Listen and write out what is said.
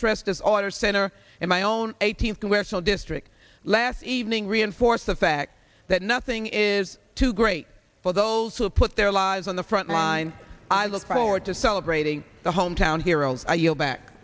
stress disorder center in my own eighteenth congressional district last evening reinforce the fact that nothing is too great for those who put their lives on the front line i look forward to celebrating the hometown heroes are you